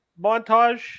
montage